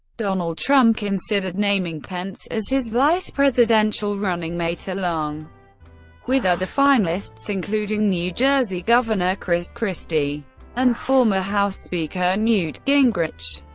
donald trump considered naming pence as his vice presidential running mate along with other finalists including new jersey governor chris christie and former house speaker newt gingrich.